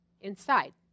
inside